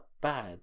bad